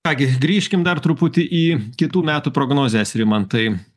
ką gi grįžkim dar truputį į kitų metų prognozes rimantai